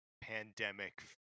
pandemic